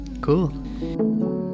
Cool